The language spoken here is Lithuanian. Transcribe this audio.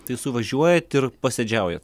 tai suvažiuojat ir posėdžiaujat